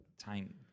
time